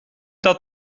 dat